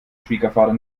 schwiegervater